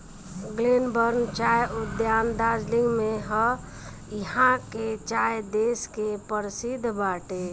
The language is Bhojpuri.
ग्लेनबर्न चाय उद्यान दार्जलिंग में हअ इहा के चाय देश के परशिद्ध बाटे